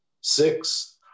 Six